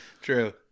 True